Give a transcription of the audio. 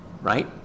right